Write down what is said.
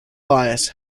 bias